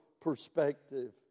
perspective